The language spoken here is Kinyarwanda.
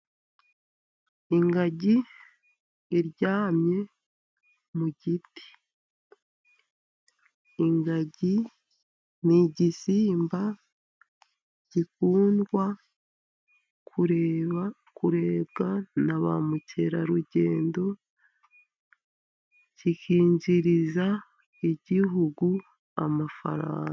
Ingagi iryamye mu giti. Ingagi ni igisimba gikundwa kurebwa na ba mukerarugendo, kikinjiriza igihugu amafaranga.